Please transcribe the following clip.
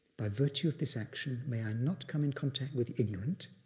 by virtue of this action, may i not come in contact with the ignorant.